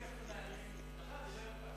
יש שינויים פרסונליים, לך זה לא אכפת.